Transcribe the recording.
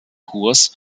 kurs